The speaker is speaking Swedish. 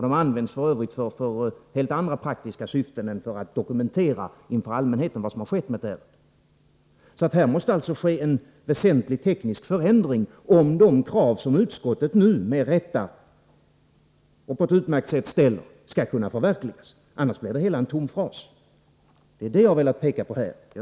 De används f. ö. för helt andra praktiska syften än för att dokumentera inför allmänheten vad som har skett med ett ärende. Det måste alltså ske en väsentlig teknisk förändring, om de krav som utskottet nu ställer — med rätta och på ett utmärkt sätt — skall kunna förverkligas. Annars blir det hela en tom fras. Det är det jag har velat peka på här.